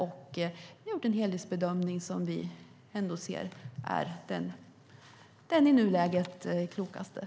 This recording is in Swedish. Vi har gjort en helhetsbedömning som vi tycker är den i nuläget klokaste.